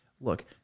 Look